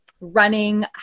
running